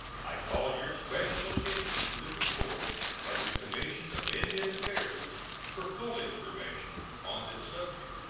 i call your special attention to the report of the commissioner of indian affairs for full information on this subject.